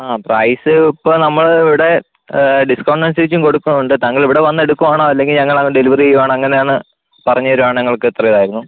ആ പ്രൈസ് ഇപ്പം നമ്മൾ ഇവിടെ ഡിസ്കൗണ്ട് അനുസരിച്ചും കൊടുക്കുന്നുണ്ട് താങ്കൾ ഇവടെ വന്നെടുക്കുകയാണോ അല്ലെങ്കിൽ ഞങ്ങളങ്ങ് ഡെലിവറ് ചെയ്യുവാണോ എങ്ങനെയാണ് പറഞ്ഞു തരുവാണെങ്കിൽ ഞങ്ങൾക്കത്രയിതായിരുന്നു